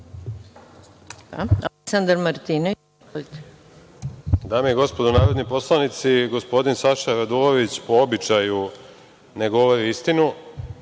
**Aleksandar Martinović** Dame i gospodo narodni poslanici, gospodin Saša Radulović po običaju ne govori istinu.